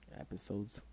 episodes